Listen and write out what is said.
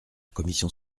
commission